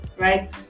Right